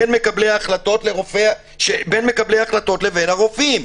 בין מקבלי ההחלטות לבין הרופאים.